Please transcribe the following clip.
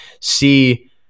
see